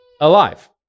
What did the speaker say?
alive